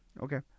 Okay